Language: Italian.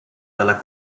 dalla